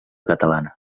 catalana